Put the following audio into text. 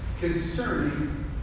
concerning